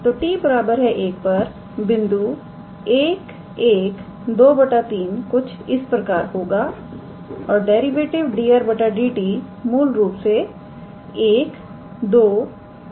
तो 𝑡 1 पर बिंदु 11 2 3 कुछ इस प्रकार होगा और डेरिवेटिव 𝑑𝑟⃗ 𝑑𝑡 मूल रूप से 122 है